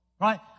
Right